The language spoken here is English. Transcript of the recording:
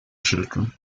children